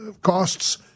costs